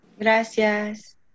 Gracias